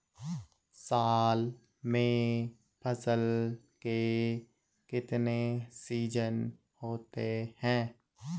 साल में फसल के कितने सीजन होते हैं?